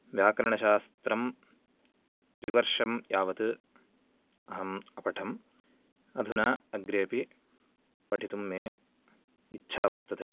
व्याकरणशास्त्रं त्रिवर्षं यावत् अहम् अपठम् अधुना अग्रेपि पठितुं मे इच्छा वर्तते